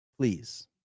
Please